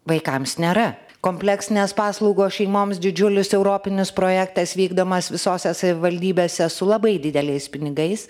vaikams nėra kompleksinės paslaugos šeimoms didžiulis europinis projektas vykdomas visose savivaldybėse su labai dideliais pinigais